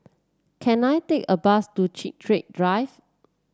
can I take a bus to Chiltern Drive